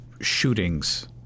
shootings